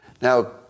Now